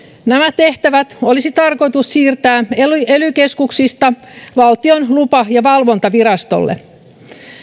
nämä tehtävät olisi tarkoitus siirtää ely ely keskuksista valtion lupa ja valvontavirastolle